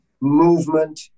movement